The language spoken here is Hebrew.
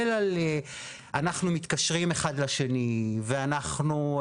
אנחנו מתקשרים האחד לשני ואנחנו,